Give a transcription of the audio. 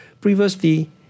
Previously